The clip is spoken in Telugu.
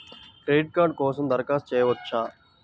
క్రెడిట్ కార్డ్ కోసం దరఖాస్తు చేయవచ్చా?